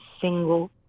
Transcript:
single